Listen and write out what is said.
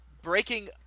Breaking